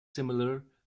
similar